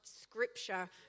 scripture